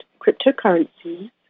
cryptocurrencies